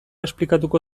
esplikatuko